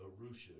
Arusha